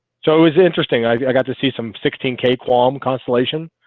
so it was interesting i got to see some sixteen k quam constellation.